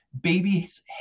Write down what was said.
Baby's